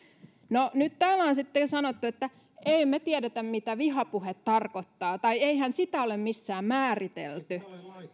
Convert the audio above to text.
no nyt täällä on sitten sanottu että emme tiedä mitä vihapuhe tarkoittaa tai eihän sitä ole missään määritelty